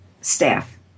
staff